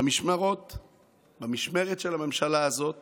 במשמרת של הממשלה הזאת